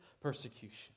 persecution